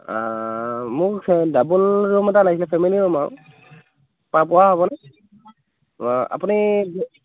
মোক double room এটা লাগিছিল ফেমিলি ৰুম আৰু পা পোৱা হ'ব নে আপুনি